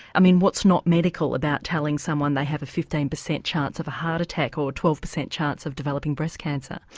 i mean what's not medical about telling someone they have a fifteen percent chance of a heart attack, or a twelve percent chance of developing breast cancer?